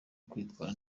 kwitwara